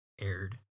aired